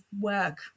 work